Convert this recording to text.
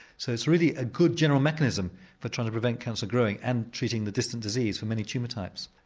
so it's really a good general mechanism for trying to prevent cancer growing and treating the distant disease for many tumour types.